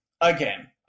again